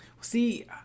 See